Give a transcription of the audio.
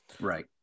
right